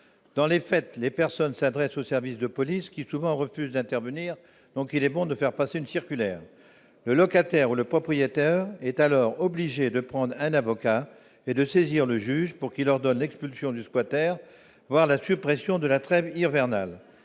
dans les fêtes, les personnes s'adressent aux services de police qui souvent refusent d'intervenir, donc il est bon de faire passer une circulaire, le locataire ou le propriétaire est alors obligé de prendre un avocat et de saisir le juge pour qu'il ordonne l'expulsion du squat, voire la suppression de la trêve dire